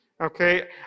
okay